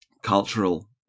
Cultural